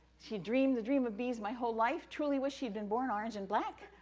she dreamed the dream of bees my whole life, truly wish she'd been born orange and black.